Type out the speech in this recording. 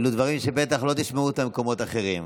אלו דברים שבטח לא תשמעו במקומות אחרים.